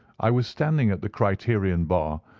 i was standing at the criterion bar,